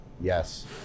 Yes